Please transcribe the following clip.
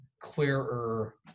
clearer